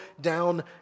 down